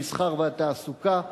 המסחר והתעסוקה,